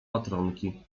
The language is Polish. patronki